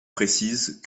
précisent